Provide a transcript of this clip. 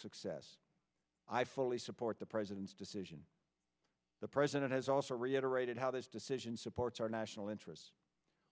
success i fully support the president's decision the president has also reiterated how this decision supports our national interests